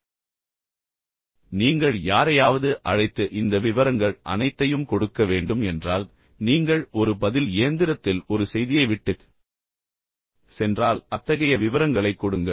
எனவே நீங்கள் யாரையாவது அழைத்து இந்த விவரங்கள் அனைத்தையும் கொடுக்க வேண்டும் என்றால் நீங்கள் ஒரு பதில் இயந்திரத்தில் ஒரு செய்தியை விட்டுச் சென்றால் அத்தகைய விவரங்களைக் கொடுங்கள்